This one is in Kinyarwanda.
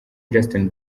justin